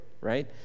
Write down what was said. right